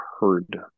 heard